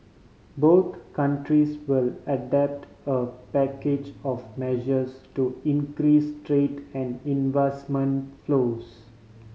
both countries will adopt a package of measures to increase trade and investment flows